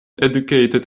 educated